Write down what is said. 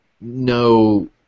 no